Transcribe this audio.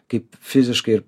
kaip fiziškai ir